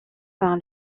par